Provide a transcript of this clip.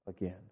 again